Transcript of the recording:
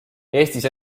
eestis